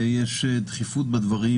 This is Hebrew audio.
יש דחיפות בדברים,